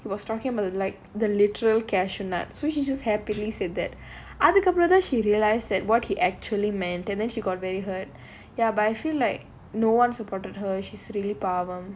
he was talking about like the literal cashew nut so she just happily said that she realised that what he actually meant and then she got very hurt ya but I feel like no one supported her she's really பாவம்:paavam